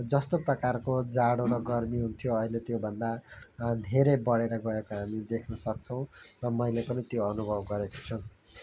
जस्तो प्रकारको जाडो र गर्मी हुन्थ्यो अहिले त्योभन्दा धेरै बढेर गएको हामी देख्नसक्छौँ र मैले पनि त्यो अनुभव गरेको छु